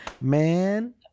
Man